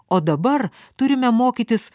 o dabar turime mokytis